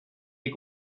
est